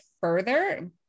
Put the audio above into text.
further